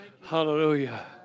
Hallelujah